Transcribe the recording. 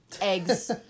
eggs